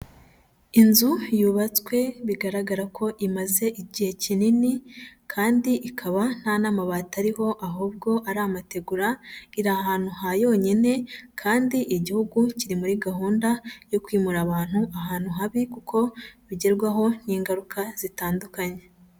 Inzu yubatswe bigaragara ko imaze igihe kinini kandi ikaba nta n'amabati ariho ahubwo ari amategura, iri ahantu ha yonyine kandi igihugu kiri muri gahunda yo kwimura abantu ahantu habi kuko bagerwaho n'ingaruka zitandukanye.